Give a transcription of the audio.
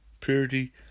Purity